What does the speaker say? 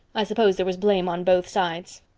i suppose there was blame on both sides.